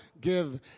give